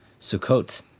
Sukkot